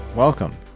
Welcome